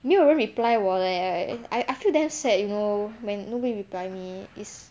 没有 reply 我 leh I I feel damn sad you know when nobody reply me it's